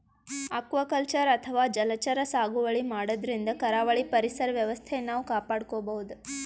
aquaculture ಅಥವಾ ಜಲಚರ ಸಾಗುವಳಿ ಮಾಡದ್ರಿನ್ದ ಕರಾವಳಿ ಪರಿಸರ್ ವ್ಯವಸ್ಥೆ ನಾವ್ ಕಾಪಾಡ್ಕೊಬಹುದ್